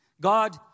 God